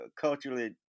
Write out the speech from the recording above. culturally